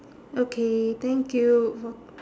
okay thank you for